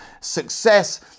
success